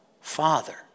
father